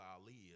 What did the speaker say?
Ali